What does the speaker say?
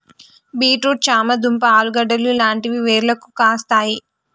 beet root చామ దుంప ఆలుగడ్డలు లాంటివి వేర్లకు కాస్తాయి